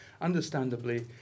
understandably